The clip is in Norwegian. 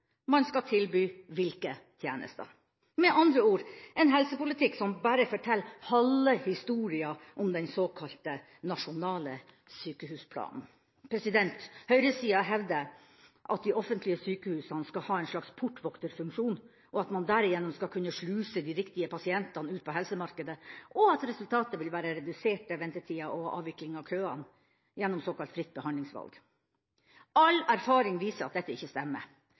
man skal tilby hvilke tjenester – med andre ord en helsepolitikk som bare forteller halve historia om den såkalte nasjonale sykehusplanen. Høyresida hevder at de offentlige sykehusene skal ha en slags portvokterfunksjon, og at man derigjennom skal kunne sluse de riktige pasientene ut på helsemarkedet, og resultatet vil være reduserte ventetider og avvikling av køene – gjennom såkalt fritt behandlingsvalg. All erfaring viser at dette ikke stemmer.